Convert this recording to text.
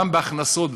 גם בהכנסות.